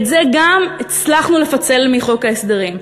את זה גם הצלחנו לפצל מחוק ההסדרים,